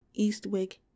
Eastwick